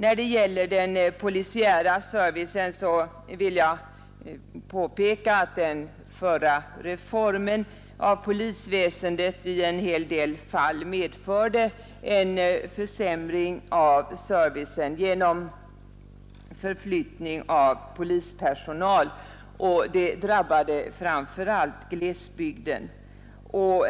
När det gäller den polisiära servicen vill jag påpeka att den förra reformen av polisväsendet i en hel del fall medförde en försämring av servicen genom förflyttning av polispersonal, och detta drabbade framför allt glesbygden.